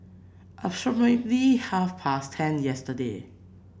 approximately half past ten yesterday